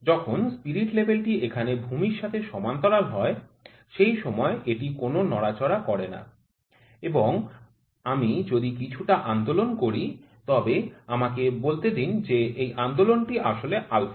যখন spirit level টি এখানে ভূমির সাথে সমান্তরাল হয় সেই সময় এটি কোন নড়াচড়া করে না এবং আমি যদি কিছুটা আন্দোলন করি তবে আমাকে বলতে দিন যে এই আন্দোলনটি আসলে α